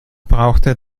brauchte